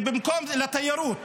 לתיירות,